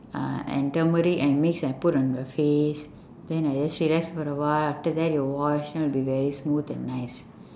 uh and turmeric and mix I put on the face then I just rest for a while after that you wash then will be very smooth and nice